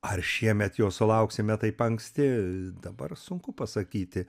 ar šiemet jo sulauksime taip anksti dabar sunku pasakyti